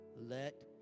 let